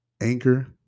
Anchor